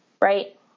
Right